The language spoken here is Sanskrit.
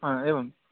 हा एवं